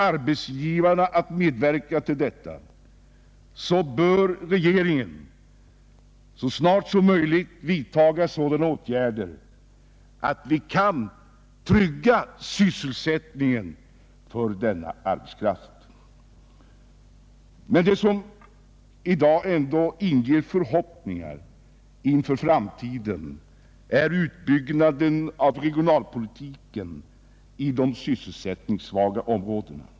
Om arbetsgivarna inte medverkar till detta, bör regeringen så snart som möjligt vidtaga sådana åtgärder att vi kan trygga sysselsättningen för den äldre och lokalt bundna arbetskraften. Det som i dag ändå inger förhoppningar inför framtiden är utbyggnaden av regionalpolitiken i de sysselsättningssvaga områdena.